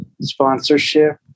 sponsorship